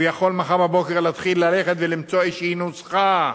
הוא יכול מחר בבוקר להתחיל ללכת ולמצוא איזושהי נוסחה,